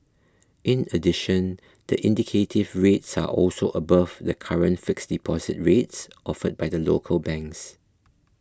in addition the indicative rates are also above the current fixed deposit rates offered by the local banks